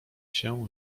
się